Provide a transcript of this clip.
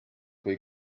või